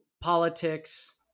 politics